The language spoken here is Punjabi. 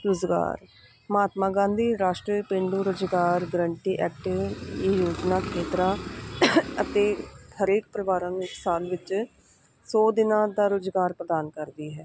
ਰੁਜ਼ਗਾਰ ਮਹਾਤਮਾ ਗਾਂਧੀ ਰਾਸ਼ਟਰੀ ਪੇਂਡੂ ਰੁਜ਼ਗਾਰ ਗਰੰਟੀ ਐਕਟ ਇਹ ਯੋਜਨਾ ਖੇਤਰਾਂ ਅਤੇ ਹਰੇਕ ਪਰਿਵਾਰਾਂ ਨੂੰ ਸ਼ਾਨ ਵਿੱਚ ਸੌ ਦਿਨਾਂ ਦਾ ਰੁਜ਼ਗਾਰ ਪ੍ਰਦਾਨ ਕਰਦੀ ਹੈ